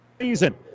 season